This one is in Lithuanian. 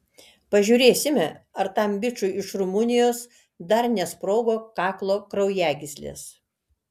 pažiūrėsime ar tam bičui iš rumunijos dar nesprogo kaklo kraujagyslės